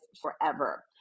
forever